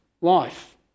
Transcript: life